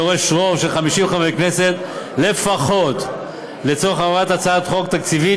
דורש רוב של 50 חברי כנסת לפחות לצורך העברת הצעת חוק תקציבית